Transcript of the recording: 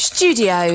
Studio